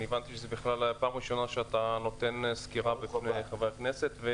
אני הבנתי שזה בכלל פעם ראשונה שאתה נותן סקירה בפני חברי הכנסת,